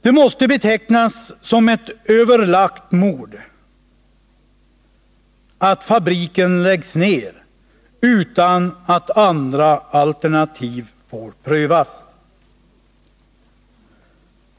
Det måste betecknas som ett överlagt mord att fabriken läggs ned utan att andra alternativ får prövas.